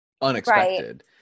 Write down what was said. unexpected